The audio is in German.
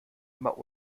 immer